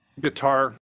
guitar